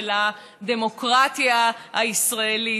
של הדמוקרטיה הישראלית.